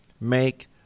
make